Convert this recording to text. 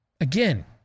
Again